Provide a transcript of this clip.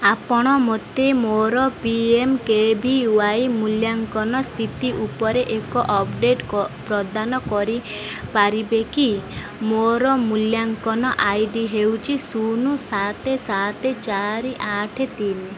ଆପଣ ମୋତେ ମୋର P M K V Y ମୂଲ୍ୟାଙ୍କନ ସ୍ଥିତି ଉପରେ ଏକ ଅପଡ଼େଟ୍ ପ୍ରଦାନ କରିପାରିବେ କି ମୋର ମୂଲ୍ୟାଙ୍କନ ଆଇ ଡ଼ି ହେଉଛି ଶୂନ ସାତ ସାତ ଚାରି ଆଠ ତିନି